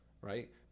right